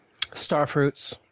Starfruits